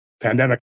pandemic